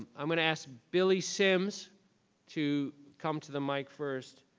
i'm gonna ask billie sims to come to the mic first.